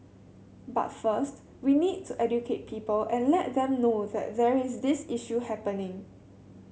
but first we need to educate people and let them know that there is this issue happening